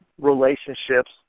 relationships